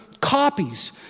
copies